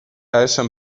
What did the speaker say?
esam